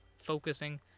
focusing